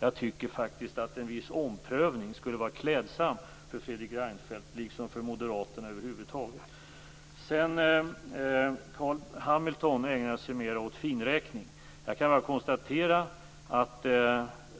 Jag tycker faktiskt att en viss omprövning skulle vara klädsam för Fredrik Reinfeldt, liksom för moderaterna över huvud taget. Carl B Hamilton ägnar sig mer åt finräkning. Jag kan bara konstatera att